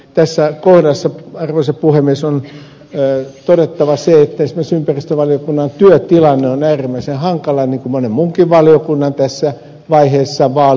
tässä kohdassa arvoisa puhemies on todettava se että esimerkiksi ympäristövaliokunnan työtilanne on äärimmäisen hankala niin kuin monen muunkin valiokunnan tässä vaiheessa vaalivuotta